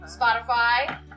Spotify